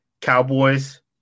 Cowboys